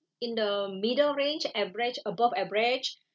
in the middle range average above average